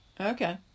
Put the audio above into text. Okay